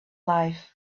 life